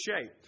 shape